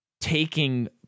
taking